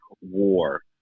war